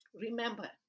Remember